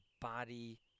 body